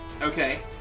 Okay